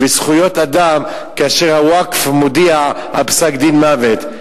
וזכויות אדם, כאשר הווקף מודיע על פסק-דין מוות?